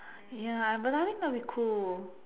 ya but I think that would be cool